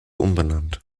umbenannt